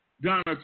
Donald